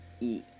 E-